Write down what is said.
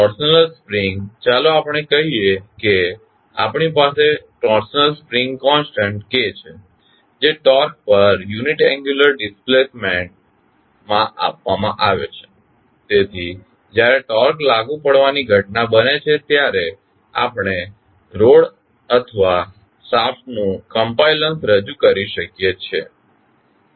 torsional spring ચાલો આપણે કહીએ કે આપણી પાસે ટોર્સનલ સ્પ્રિંગ કોન્સટન્ટ K છે જે ટોર્ક પર યુનિટ એંગ્યુલર ડિસ્પ્લેસમેન્ટ માં આપવામાં આવે છે તેથી જ્યારે ટોર્ક લાગુ પડવાની ઘટના બને છે ત્યારે આપણે રોડ અથવા શાફ્ટ નું કમપાઇલંસ રજુ કરી શકીએ